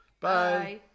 bye